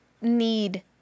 need